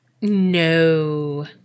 No